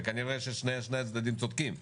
וכנראה ששני הצדדים צודקים,